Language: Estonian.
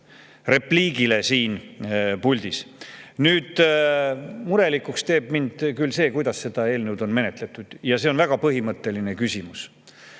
repliigile siin puldis. Nüüd, murelikuks teeb mind see, kuidas seda eelnõu on menetletud. Ja see on väga põhimõtteline küsimus.